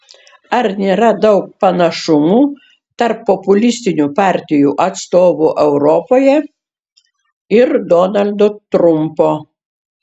ar nėra daug panašumų tarp populistinių partijų atstovų europoje ir donaldo trumpo